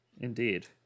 Indeed